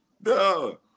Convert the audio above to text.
No